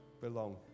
belong